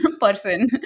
person